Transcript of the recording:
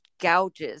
gouges